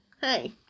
Hey